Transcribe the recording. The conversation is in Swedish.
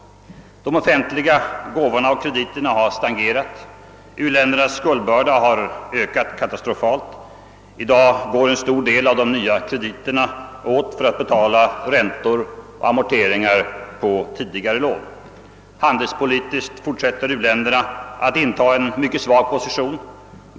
De offentliga gåvorna och krediterna har stagnerat. U-ländernas skuldbörda har ökat katastrofalt, och i dag går en stor del av de nya krediterna åt för att betala räntor och amorteringar på tidigare lån. Handelspolitiskt fortsätter u-länderna att inta en mycket svag position.